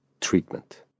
treatment